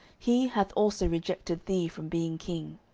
he hath also rejected thee from being king.